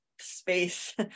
space